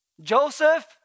Joseph